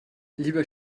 lieber